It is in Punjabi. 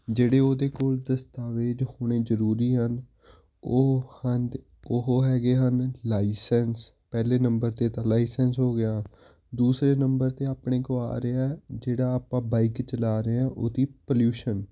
ਜਿਹੜੇ ਉਹਦੇ ਕੋਲ ਦਸਤਾਵੇਜ਼ ਹੋਣੇ ਜ਼ਰੂਰੀ ਹਨ ਉਹ ਹਨ ਉਹ ਹੈਗੇ ਹਨ ਲਾਈਸੈਂਸ ਪਹਿਲੇ ਨੰਬਰ 'ਤੇ ਤਾਂ ਲਾਈਸੈਂਸ ਹੋ ਗਿਆ ਦੂਸਰੇ ਨੰਬਰ 'ਤੇ ਆਪਣੇ ਕੋਲ ਆ ਰਿਹਾ ਜਿਹੜਾ ਆਪਾਂ ਬਾਈਕ ਚਲਾ ਰਹੇ ਹਾਂ ਉਹਦੀ ਪਲਿਊਸ਼ਨ